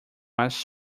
was